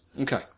Okay